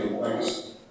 thanks